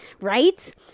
right